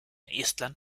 estland